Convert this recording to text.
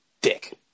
dick